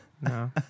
No